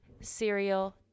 cereal